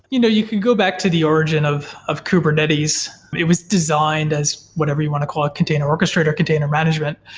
you know you can go back to the origin of of kubernetes. it was designed as whatever you want to call it container orchestrator, container management.